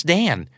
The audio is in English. Dan